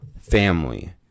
family